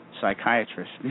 psychiatrist